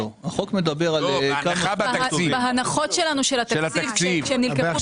בהנחות שלנו של התקציב שנלקחו